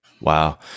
Wow